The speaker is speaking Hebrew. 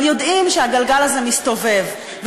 אבל יודעים שהגלגל הזה מסתובב,